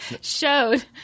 showed